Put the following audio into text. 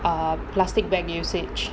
err plastic bag usage